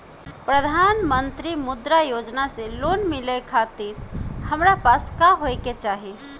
प्रधानमंत्री मुद्रा योजना से लोन मिलोए खातिर हमरा पास का होए के चाही?